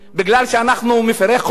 מפני שאנחנו מפירי חוק?